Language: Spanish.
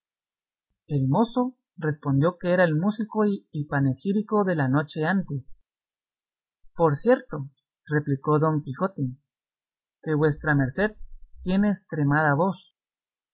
mozo respondió que era el músico y panegírico de la noche antes por cierto replicó don quijote que vuestra merced tiene estremada voz